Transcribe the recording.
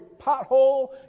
pothole